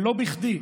ולא בכדי.